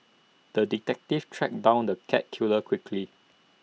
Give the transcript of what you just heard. the detective tracked down the cat killer quickly